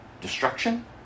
Destruction